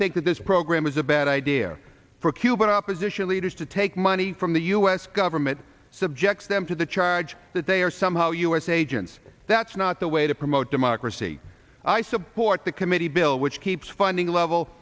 think that this program is a bad idea for cuban opposition leaders to take money from the u s government subjects them to the charge that they are somehow u s agents that's not the way to promote democracy i support the committee bill which keeps finding a level